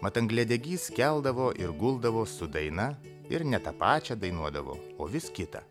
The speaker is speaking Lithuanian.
mat angliadegys keldavo ir guldavo su daina ir ne tą pačią dainuodavo o vis kitą